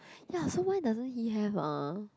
ya so why doesn't he have ah